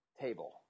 Table